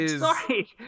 Sorry